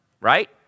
right